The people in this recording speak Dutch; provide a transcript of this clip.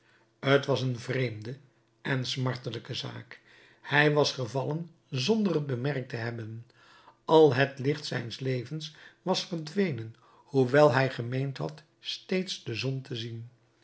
t was een vreemde en smartelijke zaak hij was gevallen zonder t bemerkt te hebben al het licht zijns levens was verdwenen hoewel hij gemeend had steeds de zon te zien